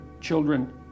children